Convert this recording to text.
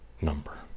number